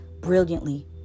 brilliantly